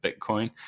Bitcoin